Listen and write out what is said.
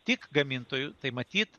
tik gamintoju tai matyt